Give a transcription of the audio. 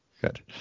good